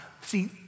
see